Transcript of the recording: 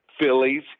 Phillies